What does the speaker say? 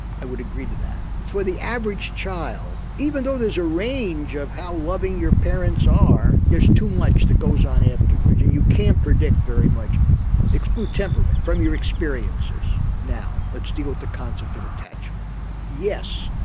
i would agree to that. for the average child, even though there's a range of how loving your parents are there's too much that goes on afterwards and you can't predict very much exclude temperament from your experiences. now let's decode the concept of attachment yes,